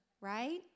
right